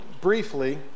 briefly